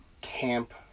camp